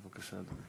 בבקשה, אדוני.